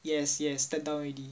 yes yes step down already